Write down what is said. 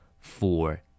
Four